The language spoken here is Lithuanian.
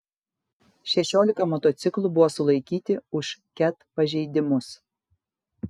šešiolika motociklų buvo sulaikyti už ket pažeidimus